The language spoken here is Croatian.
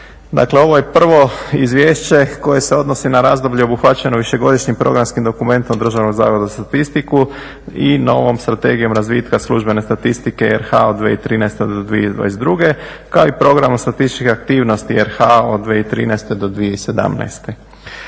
Dakle, ovo je prvo izvješće koje se odnosi na razdoblje obuhvaćeno višegodišnjim programskim dokumentom Državnog zavoda za statistiku i novom strategijom razvitka službene statistike RH od 2013. do 2022. kao i program od statističkih aktivnosti RH od 2013. do 2017.